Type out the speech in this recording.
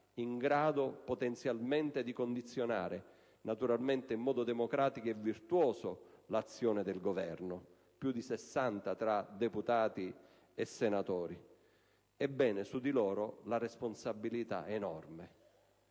in grado di condizionare (naturalmente in modo democratico e virtuoso) l'azione del Governo: più di 60 tra deputati e senatori. Ebbene: su di loro la responsabilità è enorme,